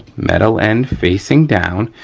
metal end facing down,